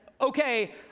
okay